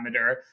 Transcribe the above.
parameter